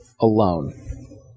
alone